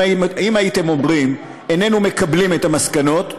אם הייתם אומרים: איננו מקבלים את המסקנות,